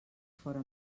fora